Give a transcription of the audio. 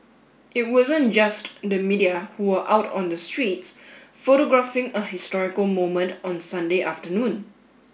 it wasn't just the media who were out on the streets photographing a historical moment on Sunday afternoon